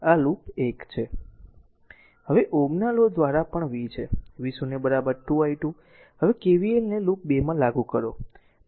હવે ઓહ્મના લો દ્વારા પણ v છે v0 2 i2 હવે KVL ને લૂપ 2 માં લાગુ કરો